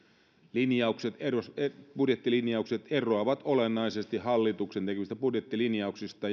budjettilinjaukset eroavat olennaisesti hallituksen tekemistä budjettilinjauksista